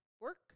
work